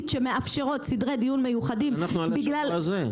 מאפשרות סדרי דיון מיוחדים בגלל --- אנחנו מדברים על השבוע הזה.